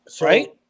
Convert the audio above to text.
Right